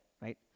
right